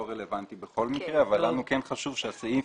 רלוונטי בכל מקרה אבל לנו כן חשוב שהסעיף